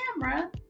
camera